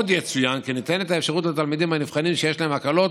עוד יצוין כי ניתנת האפשרות לתלמידים הנבחנים שיש להם הקלות